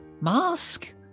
mask